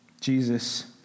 Jesus